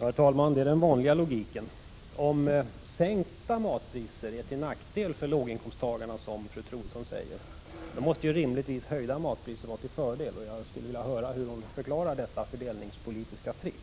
Herr talman! Det är den vanliga logiken: om sänkta matpriser är till nackdel för låginkomsttagarna, som fru Troedsson säger, måste rimligtvis höjda matpriser vara till fördel. Jag skulle vilja höra hur hon förklarar detta fördelningspolitiska trick.